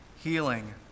healing